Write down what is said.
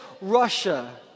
Russia